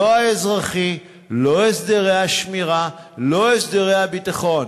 לא האזרחי, לא הסדרי השמירה, לא הסדרי הביטחון.